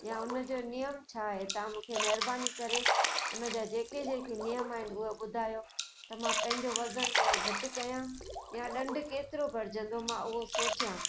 या उनजो नियम छा आहे तव्हां मूंखे महिरबानी करे उने जा जेके जेके नियम आहिनि उहे ॿुधायो त मां पंहिंजो वज़न या घटि कयां या ॾंडु केतिरो भरिजंदो मां उहो सोचियां